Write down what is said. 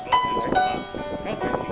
我儿子有 school bus 开心